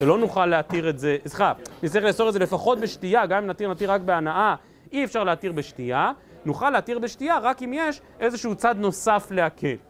ולא נוכל להתיר את זה, סליחה נצטרך לאסור את זה לפחות בשתייה, גם אם נתיר, נתיר רק בהנאה, אי אפשר להתיר בשתייה. נוכל להתיר בשתייה רק אם יש איזשהו צד נוסף להקל.